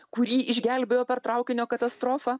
kurį išgelbėjo per traukinio katastrofą